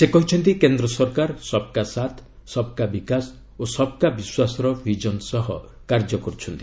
ସେ କହିଛନ୍ତି କେନ୍ଦ୍ର ସରକାର ସବ୍ କା ସାଥି ସବ୍ କା ବିକାଶ ଓ ସବ୍ କା ବିଶ୍ୱାସର ଭିଜନ ସହ କାର୍ଯ୍ୟ କରୁଛନ୍ତି